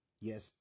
Yes